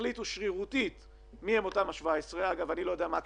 החליטו שרירותית מי הם אותם 17. אני לא יודע מה הקריטריונים,